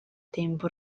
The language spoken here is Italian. tempo